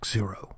Zero